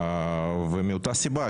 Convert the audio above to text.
ומאותה סיבה,